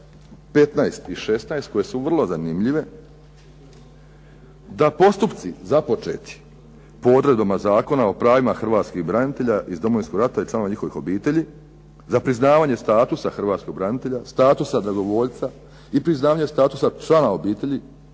15. i 16., koje su vrlo zanimljive, da postupci započeti po odredbama Zakona o pravima hrvatskih branitelja iz Domovinskog rata i članova njihovih obitelji, za priznavanje statusa hrvatskog branitelja, statusa dragovoljca i priznavanje statusa člana obitelji